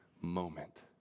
moment